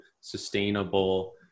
sustainable